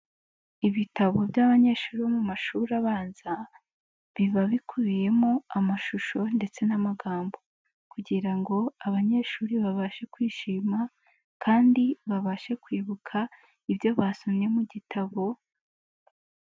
Ibitabo by'abanyeshuri bo mu mashuri abanza biba bikubiyemo amashusho ndetse n'amagambo, kugira ngo abanyeshuri babashe kwishima kandi babashe kwibuka ibyo basomye mu gitabo.